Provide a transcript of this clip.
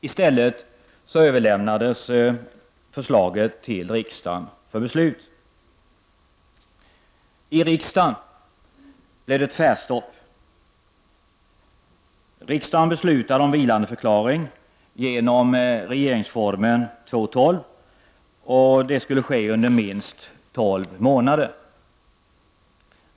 I stället överlämnades förslaget till riksdagen för beslut. I riksdagen blev det tvärstopp. Riksdagen beslutade genom att åberopa regeringsformen 2:12 om vilandeförklaring under minst tolv månader.